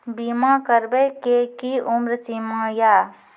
बीमा करबे के कि उम्र सीमा या?